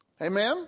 Amen